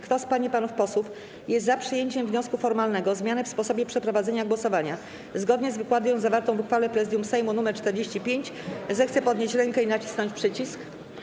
Kto z pań i panów posłów jest za przyjęciem wniosku formalnego o zmianę w sposobie przeprowadzenia głosowania zgodnie z wykładnią zawartą w uchwale Prezydium Sejmu nr 45, zechce podnieść rękę i nacisnąć przycisk.